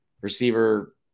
receiver